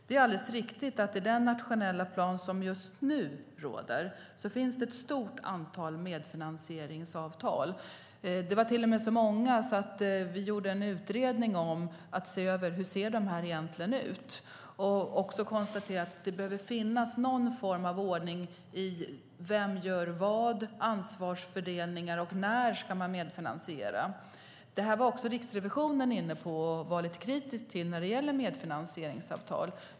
Det är alldeles riktigt att det i den nationella plan som just nu gäller finns ett stort antal medfinansieringsavtal. Det var till och med så många att vi gjorde en utredning för att se över hur de egentligen ser ut. Vi konstaterade också att det behöver finnas någon form av ordning i vem som gör vad, ansvarsfördelningar och när man ska medfinansiera. Detta var även Riksrevisionen inne på, och var lite kritisk till när det gäller medfinansieringsavtal.